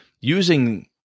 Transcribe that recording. using